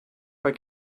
bei